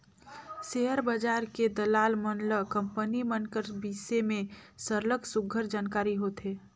share बजार के दलाल मन ल कंपनी मन कर बिसे में सरलग सुग्घर जानकारी होथे